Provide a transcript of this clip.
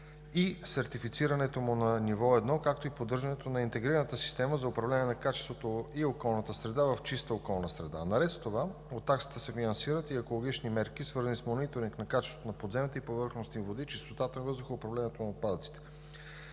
и сертифицирането му на ниво едно, както и поддържането на интегрираната система за управление на качеството и околната среда в чиста околна среда. Наред с това от таксата се финансират и екологични мерки, свързани с мониторинг на качеството на подземните и повърхностни води, чистотата на въздуха и управлението на отпадъците.